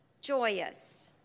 joyous